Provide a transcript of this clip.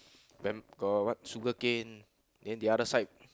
vamp~ got what sugar cane then the other side